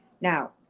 Now